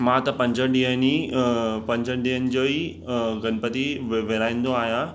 मां त पंज ॾींहंनि ई अ पंजनि ॾींहंनि जो ई अ गणपति विराईंदो आहियां